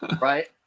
Right